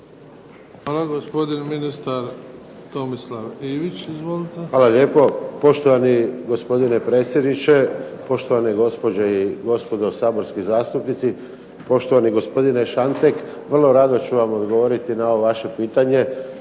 Hvala. Gospodin ministar Tomislav Ivić. Izvolite. **Ivić, Tomislav (HDZ)** Hvala lijepa. Poštovani gospodine predsjedniče, poštovane gospođe i gospodo Saborski zastupnici, poštovani gospodine Šantek, vrlo rado ću vam odgovoriti na ovo vaše pitanje.